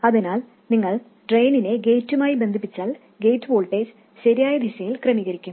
അതിനാൽ നിങ്ങൾ ഡ്രെയിനിനെ ഗേറ്റുമായി ബന്ധിപ്പിച്ചാൽ ഗേറ്റ് വോൾട്ടേജ് ശരിയായ ദിശയിൽ ക്രമീകരിക്കും